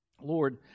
Lord